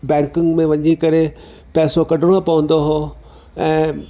बैंकुन में वञी करे पैसो कढणो पवंदो हुओ ऐं